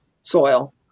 soil